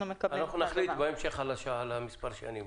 נחליט בהמשך על מספר השנים.